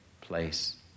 place